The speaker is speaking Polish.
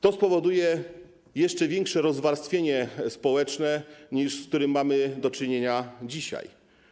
To spowoduje jeszcze większe rozwarstwienie społeczne niż to, z którym mamy do czynienia dzisiaj.